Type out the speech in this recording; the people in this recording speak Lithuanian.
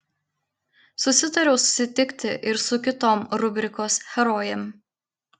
susitariau susitikti ir su kitom rubrikos herojėm